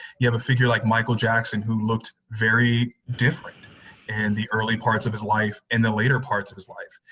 you have a figure like michael jackson, who looked very different in and the early parts of his life and the later parts of his life.